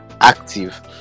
active